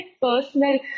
personal